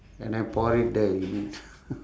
and then pour it there is it